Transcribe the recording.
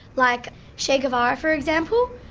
like che guevara for example?